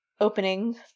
opening